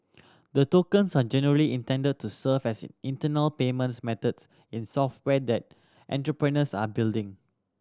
the tokens are generally intended to serve as internal payment methods in software that entrepreneurs are building